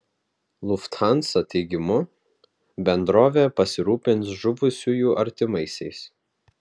lufthansa teigimu bendrovė pasirūpins žuvusiųjų artimaisiais